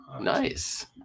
Nice